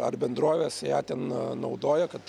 ar bendrovės ją ten naudoja kad